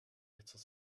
little